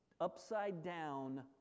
upside-down